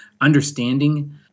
understanding